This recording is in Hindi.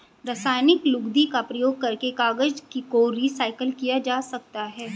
रासायनिक लुगदी का प्रयोग करके कागज को रीसाइकल किया जा सकता है